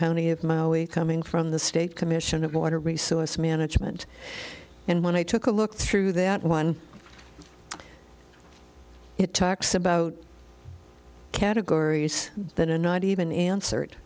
county of maui coming from the state commission of water resource management and when i took a look through that one it talks about categories that a not even answered